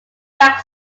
black